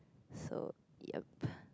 so yup